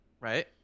right